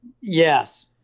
Yes